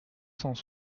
cent